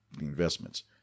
investments